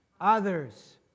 others